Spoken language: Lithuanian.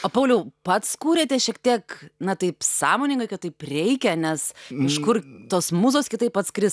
o pauliau pats kūrėte šiek tiek na taip sąmoningai kad taip reikia nes iš kur tos mūzos kitaip atskris